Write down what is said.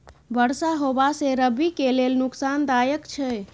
बरसा होबा से रबी के लेल नुकसानदायक छैय?